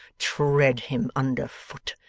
tread him under foot.